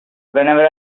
whenever